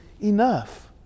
enough